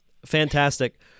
Fantastic